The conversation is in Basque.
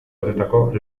batuetako